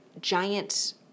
giant